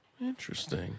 interesting